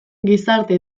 gizarte